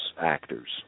actors